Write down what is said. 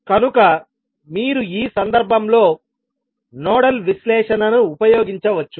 కనుక మీరు ఈ సందర్భంలో నోడల్ విశ్లేషణను ఉపయోగించవచ్చు